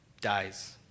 dies